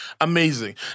amazing